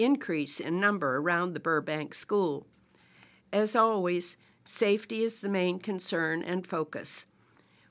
increase in number around the burbank school as always safety is the main concern and focus